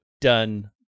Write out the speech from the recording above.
done